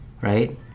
right